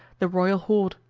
the royal horde.